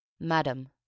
Madam